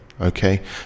okay